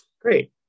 great